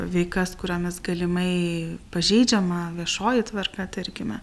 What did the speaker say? veikas kuriomis galimai pažeidžiama viešoji tvarka tarkime